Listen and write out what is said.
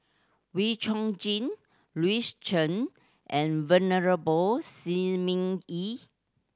Wee Chong Jin Louis Chen and Venerable Shi Ming Yi